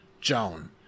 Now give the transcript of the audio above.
Joan